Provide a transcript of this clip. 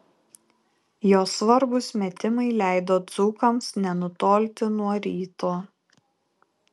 jo svarbūs metimai leido dzūkams nenutolti nuo ryto